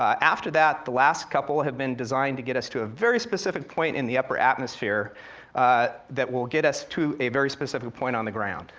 after that, the last couple have been designed to get us to a very specific point in the upper atmosphere that will get us to a very specific point on the ground.